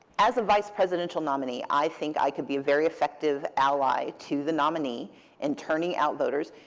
as a vice presidential nominee, i think i could be a very effective ally to the nominee in turning out voters.